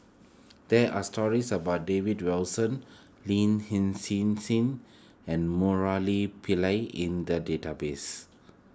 there are stories about David Wilson Lin Hsin Sin and Murali Pillai in the database